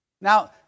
Now